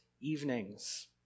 evenings